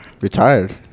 Retired